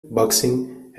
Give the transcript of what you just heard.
boxing